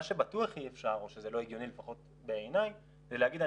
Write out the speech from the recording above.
מה שבטוח זה שאי אפשר או שזה לא הגיוני לפחות בעיניי זה להגיד,